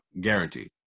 Guaranteed